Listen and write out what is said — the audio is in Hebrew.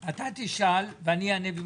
אתה תשאל ואני אענה במקומו.